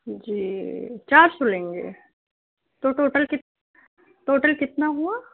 جی چار سو لیں گے تو ٹوٹل کت کتنا ٹوٹل کتنا ہوا